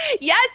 Yes